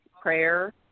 prayer